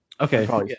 Okay